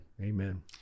amen